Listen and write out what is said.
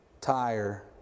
tire